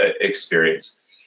experience